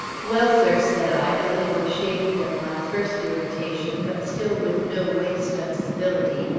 well, sir, said i, a little ashamed of my first irritation, but still with no waste of civility,